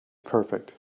perfect